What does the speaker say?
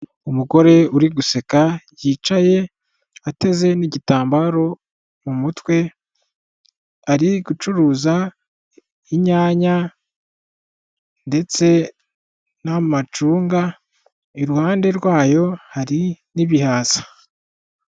Umugore uri guseka yicaye ateze n'igitambaro mu mutwe, ari gucuruza inyanya ndetse n'amacunga, iruhande rwayo hari n'ibihaza.